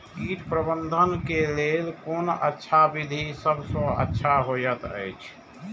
कीट प्रबंधन के लेल कोन अच्छा विधि सबसँ अच्छा होयत अछि?